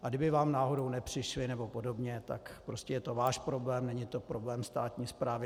A kdyby vám náhodou nepřišla anebo podobně, tak prostě je to váš problém, není to problém státní správy.